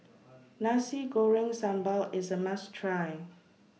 Nasi Goreng Sambal IS A must Try